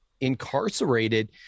incarcerated